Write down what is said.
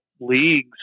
leagues